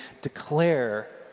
declare